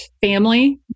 family